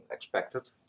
expected